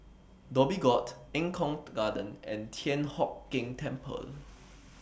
Dhoby Ghaut Eng Kong Garden and Thian Hock Keng Temple